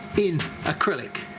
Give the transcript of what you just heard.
in acrylic.